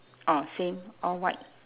oh same all white